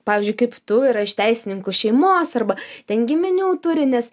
pavyzdžiui kaip tu yra iš teisininkų šeimos arba ten giminių turi nes